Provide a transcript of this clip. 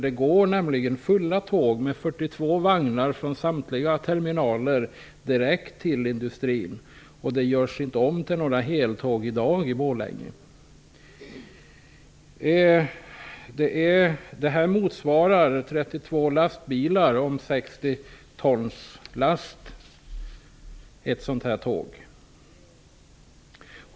Det går nämligen fulla tåg med 42 vagnar från samtliga terminaler direkt till industrin. Det görs inte om några tåg till heltåg i dag i Borlänge. Ett sådant tåg motsvarar 32 lastbilar om 60 tons last.